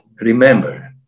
remember